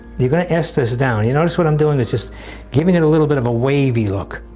you've got to s this down, you notice what i'm doing is just giving it a little bit of a wavy look.